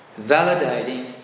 validating